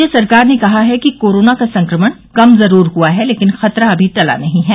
राज्य सरकार ने कहा है कि कोरोना का संक्रमण कम जरूर हुआ है लेकिन खतरा अभी टला नहीं है